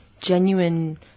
genuine